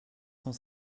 cent